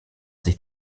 sich